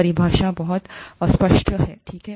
परिभाषा बहुत अस्पष्ट है ठीक है